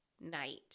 night